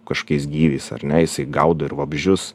kažkokiais gyviais ar ne jisai gaudo ir vabzdžius